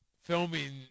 filming